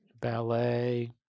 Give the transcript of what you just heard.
Ballet